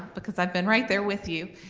because i've been right there with you,